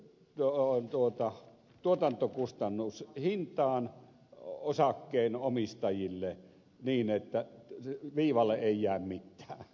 noo tuota tuotantokustannus jakaa sähköt tuotantokustannushintaan osakkeenomistajille niin että viivalle ei jää mitään